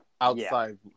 outside